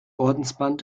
ordensband